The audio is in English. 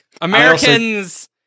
Americans